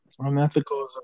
Unethical